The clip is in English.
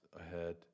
ahead